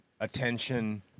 attention